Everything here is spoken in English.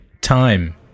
Time